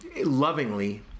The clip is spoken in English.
lovingly